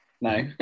No